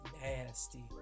nasty